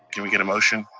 can we get a motion?